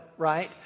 right